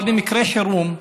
אבל במקרה חירום,